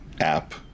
app